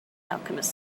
alchemist